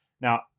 Now